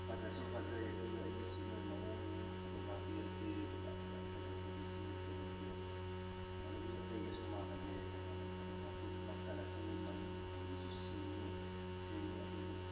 ꯐꯖꯁꯨ ꯐꯖꯩ ꯑꯗꯨꯒ ꯑꯩꯒꯤ ꯁꯤꯖꯤꯟꯅꯔꯤꯕ ꯃꯑꯣꯡ ꯐꯣꯇꯣꯒ꯭ꯔꯥꯐꯤ ꯑꯁꯤ ꯌꯥꯝꯅ ꯀꯩꯗꯧꯕꯗꯨꯁꯨ ꯀꯩꯗꯧꯗꯦ ꯑꯗꯣ ꯃꯤ ꯑꯇꯩꯒꯁꯨ ꯃꯥꯟꯅꯗꯦ ꯀꯩꯅꯣ ꯍꯥꯏꯔꯀꯥꯟꯗ ꯐꯣꯇꯣꯒ꯭ꯔꯥꯐꯤꯁꯤ ꯃꯥꯏ ꯀꯂꯔꯁꯤ ꯃꯅꯤꯡꯁꯤ ꯐꯖꯅꯁꯨ ꯁꯦꯡꯉꯤ ꯁꯦꯡꯉꯤ ꯑꯗꯨꯕꯨ